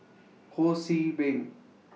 Ho See Beng